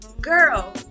Girl